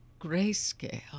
grayscale